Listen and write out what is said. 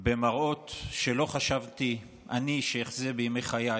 במראות שאני לא חשבתי שאחזה בימי חיי: